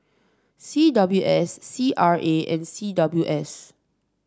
C W S C R A and C W S